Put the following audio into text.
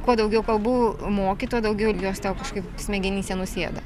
kuo daugiau kalbų moki tuo daugiau jos tau kažkaip smegenyse nusėda